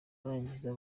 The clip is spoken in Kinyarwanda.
arangiza